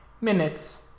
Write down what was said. minutes